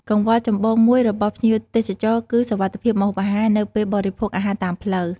កង្វល់ចម្បងមួយរបស់ភ្ញៀវទេសចរ គឺសុវត្ថិភាពម្ហូបអាហារនៅពេលបរិភោគអាហារតាមផ្លូវ